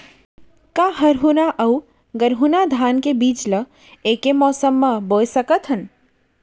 का हरहुना अऊ गरहुना धान के बीज ला ऐके मौसम मा बोए सकथन?